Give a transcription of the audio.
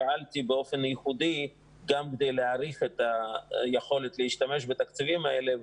פעלתי באופן ייחודי גם כדי להאריך את היכולת להשתמש בתקציבים האלה,